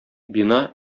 бина